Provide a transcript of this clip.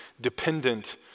dependent